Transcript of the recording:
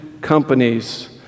companies